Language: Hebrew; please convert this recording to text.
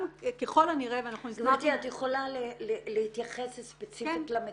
גברתי, את יכולה להתייחס ספציפית למקרה?